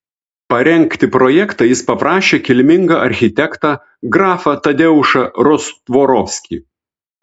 parengti projektą jis paprašė kilmingą architektą grafą tadeušą rostvorovskį